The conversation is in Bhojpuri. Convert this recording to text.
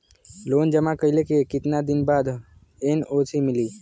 लोन जमा कइले के कितना दिन बाद एन.ओ.सी मिली?